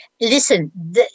Listen